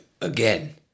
again